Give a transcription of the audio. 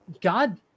god